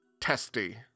testy